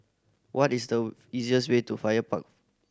what is the easiest way to Fire Park